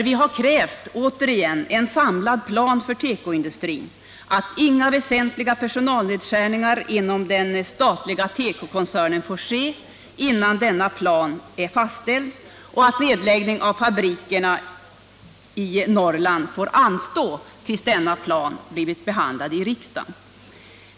Vi har där återigen krävt en samlad plan för tekoindustrin, att inga väsentliga personalnedskärningar inom den statliga tekokoncernen får ske innan denna plan är fastställd och att nedläggning av fabrikerna i Norrland får anstå tills denna plan blivit behandlad i riksdagen.